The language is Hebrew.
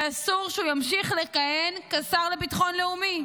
ואסור שהוא ימשיך לכהן כשר לביטחון לאומי,